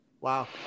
Wow